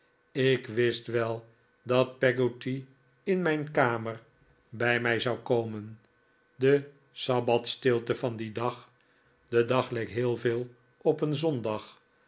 ik wist wel dat peggotty in mijn kamer bij mij zou komen de sabbatstilte van dien dag de dag leek heel veel op een zondag